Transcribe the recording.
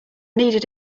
needed